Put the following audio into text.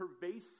pervasive